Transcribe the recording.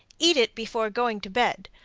eat it before going to bed.